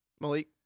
Malik